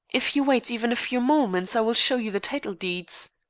if you wait even a few moments i will show you the title-deeds.